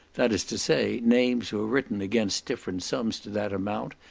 that is to say, names were written against different sums to that amount,